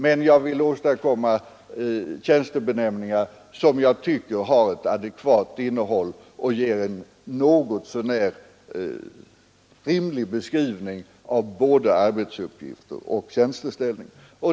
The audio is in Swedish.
Men jag vill åstadkomma tjänstebenämningar som har ett adekvat innehåll och ger en något så när rimlig beskrivning av både arbetsuppgifter och tjänsteställning.